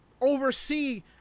oversee